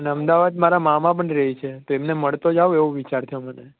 અને અમદાવાદ મારા મામા પણ રહે છે તો એમને મળતો જાઉ એવો વિચાર થયો મને